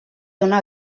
dóna